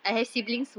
ah ya